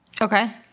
Okay